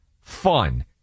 Fun